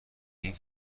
این